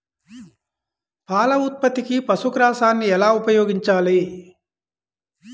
పాల ఉత్పత్తికి పశుగ్రాసాన్ని ఎలా ఉపయోగించాలి?